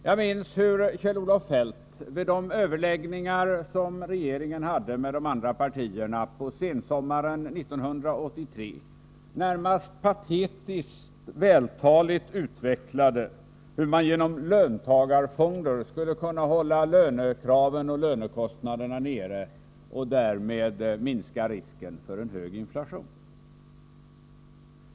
Jag minns hur Kjell-Olof Feldt vid de överläggningar som ägde rum mellan regeringen och de andra partiernas företrädare på sensommaren 1983 närmast patetiskt vältaligt utvecklade hur man genom löntagarfonder skulle kunna hålla lönekraven och lönekostnaderna nere och därmed minska risken för en hög inflation.